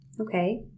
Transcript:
Okay